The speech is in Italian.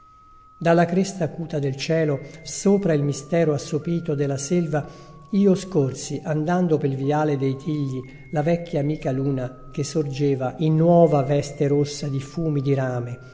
dalla cresta acuta nel cielo sopra il mistero assopito della selva io scorsi andando pel viale dei tigli la vecchia amica luna che sorgeva in nuova veste rossa di fumi di rame